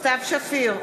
סתיו שפיר,